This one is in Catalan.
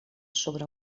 sobre